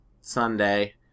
Sunday